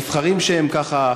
נבחרים שהם, ככה,